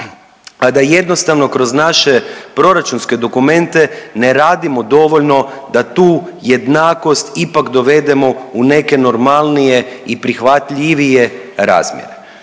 a da jednostavno kroz naše proračunske dokumente ne radimo dovoljno da tu jednakost ipak dovedemo u neke normalnije i prihvatljivije razmjere.